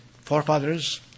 forefathers